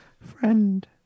friend